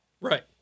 Right